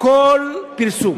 כל פרסום.